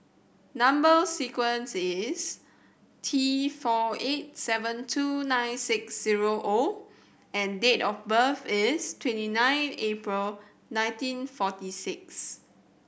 number sequence is T four eight seven two nine six zero O and date of birth is twenty nine April nineteen forty six